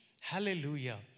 Hallelujah